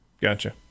Gotcha